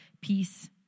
peace